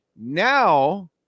Now